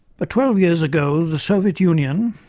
but twelve years ago, the soviet union,